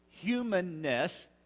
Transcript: humanness